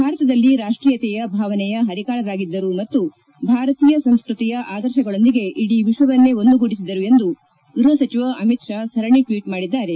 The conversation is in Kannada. ಭಾರತದಲ್ಲಿ ರಾಷ್ಟೀಯತೆಯ ಭಾವನೆಯ ಹರಿಕಾರರಾಗಿದ್ದರು ಮತ್ತು ಭಾರತೀಯ ಸಂಸ್ಕೃತಿಯ ಆದರ್ಶಗಳೊಂದಿಗೆ ಇಡೀ ವಿಶ್ವವನ್ನೇ ಒಂದುಗೂಡಿಸಿದರು ಎಂದು ಗೃಹ ಸಚಿವ ಅಮಿತ್ ಶಾ ಸರಣಿ ಟ್ಟೀಟ್ ಮಾಡಿದ್ದಾರೆ